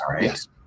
yes